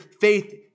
faith